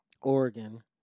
Oregon